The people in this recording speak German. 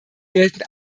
gelten